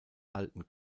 halten